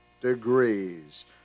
degrees